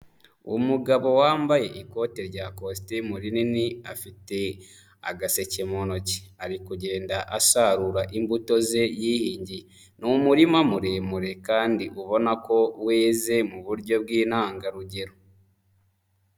Umugabo wambaye ikote rya kositimu rinini afite agaseke mu ntoki, ari kugenda asarura imbuto ze yihingiye, ni umurima muremure kandi ubona ko weze mu buryo bw'intangarugero.